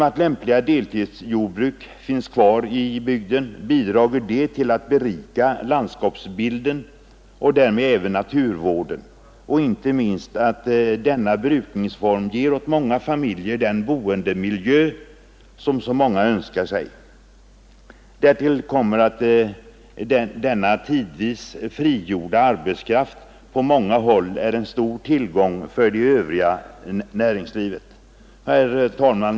Att lämpliga deltidsjordbruk finns kvar i bygden bidrar till att berika landskapsbilden och därmed även naturvården, och inte minst ger denna brukningsform åt många familjer den boendemiljö som de önskar sig. Därtill kommer att denna tidvis frigjorda arbetskraft på många håll är en stor tillgång för det övriga näringslivet. Herr talman!